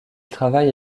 travaille